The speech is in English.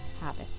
habit